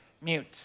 mute